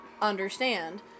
understand